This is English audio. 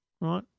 right